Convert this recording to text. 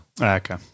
Okay